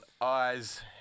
Eyes